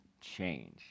change